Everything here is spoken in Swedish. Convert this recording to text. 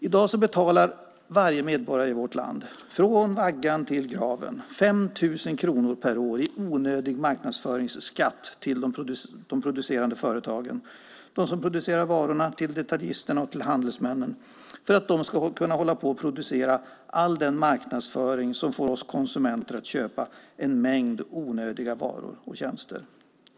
I dag betalar varje medborgare i vårt land, från vaggan till graven, 5 000 kronor per år i onödig marknadsföringsskatt till de producerande företagen, till dem som producerar varorna, till detaljisterna och till handelsmännen för att de ska kunna hålla på och producera all den marknadsföring som får oss konsumenter att köpa en mängd onödiga varor och tjänster.